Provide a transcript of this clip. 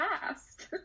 past